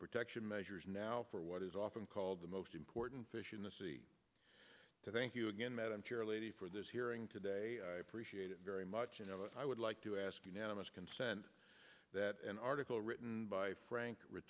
protection measures now for what is often called the most important fish in the sea to thank you again madam chair lady for this hearing today i appreciate it very much and i would like to ask unanimous consent that an article written by frank rich